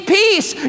peace